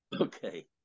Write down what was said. Okay